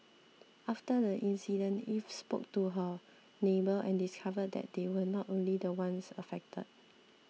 after the incident Eve spoke to her neighbour and discovered that they were not the only ones affected